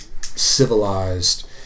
civilized